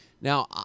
Now